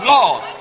Lord